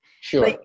Sure